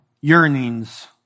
yearnings